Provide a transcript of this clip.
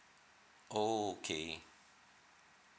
oh okay